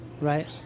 Right